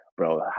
bro